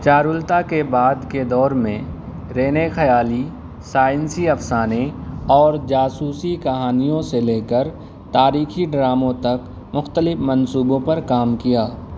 چارولتا کے بعد کے دور میں رے نے خیالی سائنسی افسانے اور جاسوسی کہانیوں سے لے کر تاریخی ڈراموں تک مختلف منصوبوں پر کام کیا